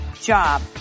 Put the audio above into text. job